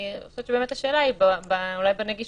אני חושבת שהשאלה היא אוליב נגישות.